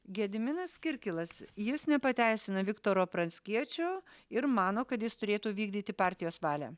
gediminas kirkilas jis nepateisina viktoro pranckiečio ir mano kad jis turėtų vykdyti partijos valią